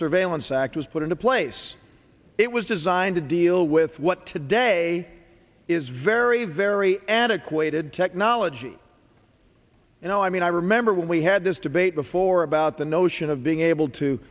surveillance act was put into place it was designed to deal with what today is very very antiquated technology you know i mean i remember when we had this debate before about the notion of being able to